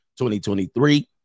2023